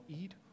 eat